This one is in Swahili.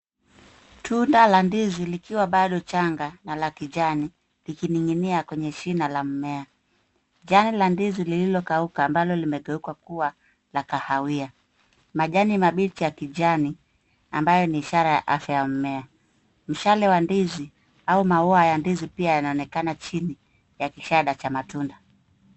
Tunda la ndizi likiwa bado changa na la kijani likining’inia kwenye shina la mmea. Jani la ndizi lililokauka ambalo limegeuka kuwa la kahawia. Majani mabichi ya kijani, ambayo ni ishara ya afya ya mmea, mshale wa ndizi au maua ya ndizi pia yanaonekana chini ya kishada cha matunda.